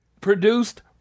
produced